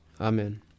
Amen